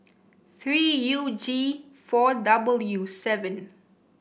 three U G four W seven